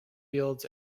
fields